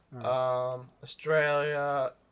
Australia